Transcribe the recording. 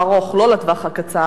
לא לטווח הקצר,